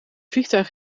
vliegtuig